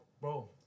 bro